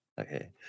Okay